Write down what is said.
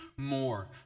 more